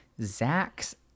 Zach's